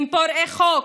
הם פורעי חוק.